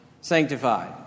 sanctified